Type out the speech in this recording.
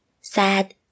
sad